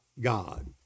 God